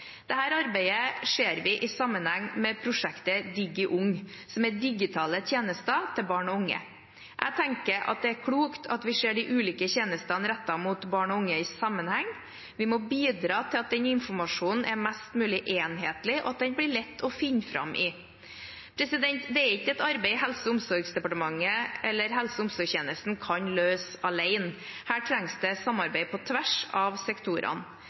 arbeidet sees i sammenheng med prosjektet DIGI-UNG, som er digitale tjenester til barn og unge. Jeg tenker det er klokt at vi ser de ulike tjenestene rettet mot barn og unge i sammenheng. Vi må bidra til at informasjonen er mest mulig enhetlig, og at det blir lett å finne fram. Dette er ikke et arbeid helse- og omsorgstjenesten kan løse alene. Her trengs det samarbeid på tvers av